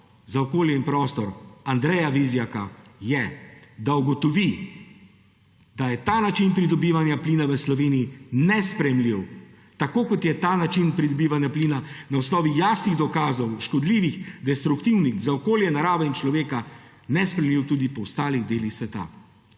za okolje in prostor, Andreja Vizjaka, je, da ugotovi, da je ta način pridobivanja plina v Sloveniji nesprejemljiv. Tako kot je ta način pridobivanja plina na osnovi jasnih dokazov škodljivih, destruktivnih za okolje, naravo in človeka, nesprejemljiv tudi po ostalih delih sveta.